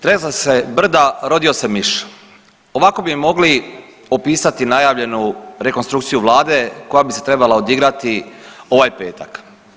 Tresla se brda rodio se miš, ovako bi mogli opisati najavljenu rekonstrukciju vlade koja bi se trebala odigrati ovaj petak.